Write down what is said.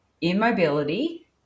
immobility